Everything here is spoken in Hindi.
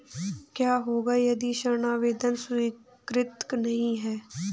क्या होगा यदि ऋण आवेदन स्वीकृत नहीं है?